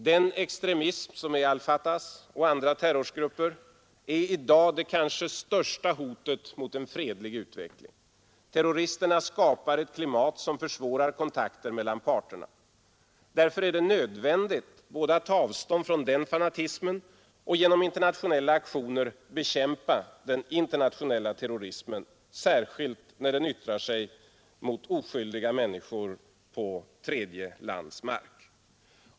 Den extremism som är al Fatahs och andra terrorgruppers är i dag det kanske största hotet mot en fredlig utveckling. Terroristerna skapar ett klimat som försvårar kontakter mellan parterna, Därför är det nödvändigt både att ta avstånd från denna fanatism och att genom internationella aktioner bekämpa den internationella terrorismen, särskilt när den yttrar sig mot oskyldiga människor på tredje lands mark.